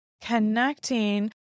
connecting